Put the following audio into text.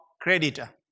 creditor